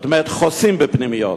חוסים בפנימיות,